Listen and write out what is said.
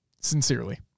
Sincerely